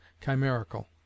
chimerical